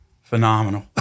Phenomenal